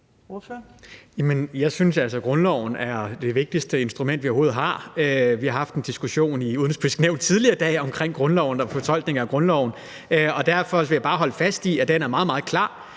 Jeg synes altså, at grundloven er det vigtigste instrument, vi overhovedet har. Vi har tidligere i dag haft en diskussion i Det Udenrigspolitiske Nævn om grundloven og fortolkningen af grundloven, og derfor vil jeg bare holde fast i, at den er meget,